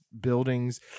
buildings